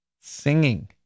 Singing